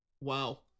Wow